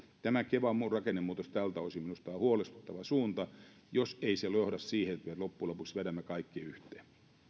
tämä kevan rakennemuutos tältä osin minusta on huolestuttava suunta jos ei se johda siihen että me loppujen lopuksi vedämme kaikki yhteen